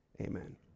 Amen